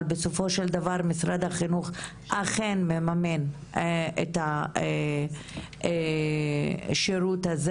אבל בסופו של דבר משרד החינוך אכן מממן את השירות הזה